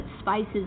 spices